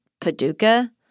Paducah